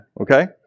okay